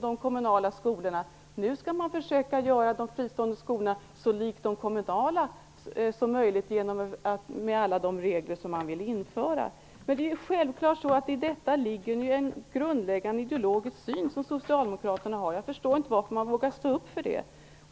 de kommunala skolorna. Med alla de regler som man nu vill införa försöker man i stället göra de fristående skolorna så lika de kommunala som möjligt. I detta ligger naturligtvis Socialdemokraternas grundläggande ideologiska syn. Jag förstår inte varför man inte vågar stå upp för det.